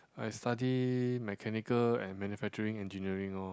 I study Mechanical and Manufacturing Engineering orh